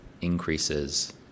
increases